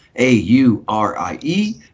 A-U-R-I-E